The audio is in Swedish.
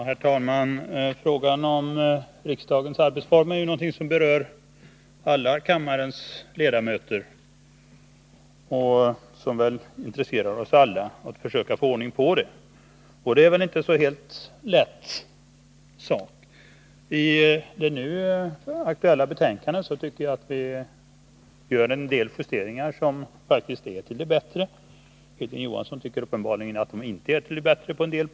Herr talman! Riksdagens arbetsformer är ju ett ärende som berör alla kammarens ledamöter och där vi samtliga är intresserade av att skapa ordning och reda. Det är en inte helt lätt uppgift. I det nu aktuella betänkandet föreslår man en del justeringar som faktiskt är till det bättre. Hilding Johansson tycker uppenbarligen att det på en del punkter inte är det.